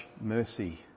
mercy